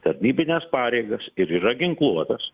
tarnybines pareigas ir yra ginkluotas